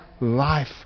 life